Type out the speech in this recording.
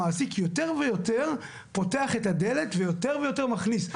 המעסיק יותר ויותר פותח את הדלת ויותר ויותר מכניס.